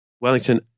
Wellington